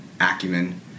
acumen